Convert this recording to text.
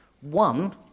One